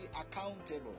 accountable